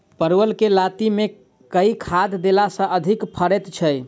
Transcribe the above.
परवल केँ लाती मे केँ खाद्य देला सँ अधिक फरैत छै?